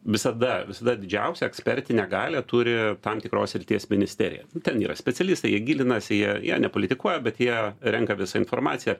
visada visada didžiausią ekspertinę galią turi tam tikros srities ministerija ten yra specialistai jie gilinasi jie jie nepolitikuoja bet jie renka visą informaciją